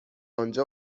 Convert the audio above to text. آنجا